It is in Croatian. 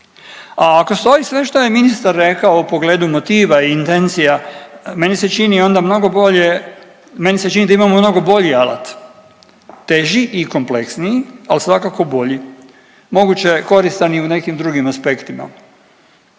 A ako stoji sve što je ministar rekao u pogledu motiva i intencija meni se čini onda mnogo bolje, meni se čini da imamo mnogo bolji alat, teži i kompleksniji, al svakako bolji, moguće je koristan i u nekim drugim aspektima.